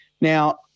Now